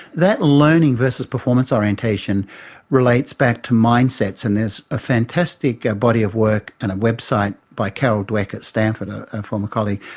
that learning versus performance orientation relates back to mindsets, and there's a fantastic body of work and a website by carol dweck at stanford, ah a former colleague,